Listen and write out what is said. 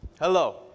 Hello